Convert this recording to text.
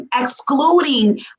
excluding